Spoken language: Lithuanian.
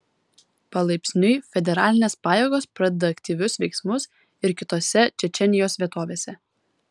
palaipsniui federalinės pajėgos pradeda aktyvius veiksmus ir kitose čečėnijos vietovėse